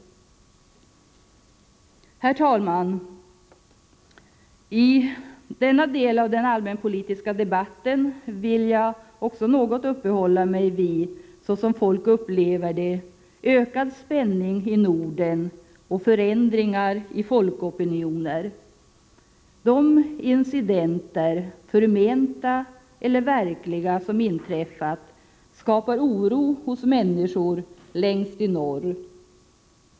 Herr talman! I denna del av den allmän politiska debatten vill jag också något uppehålla mig vid den — så som folk upplever det — ökade spänningen i Norden och förändringar i folkopinioner. De incidenter — förmenta eller verkliga — som inträffat skapar oro hos människor längst i norr.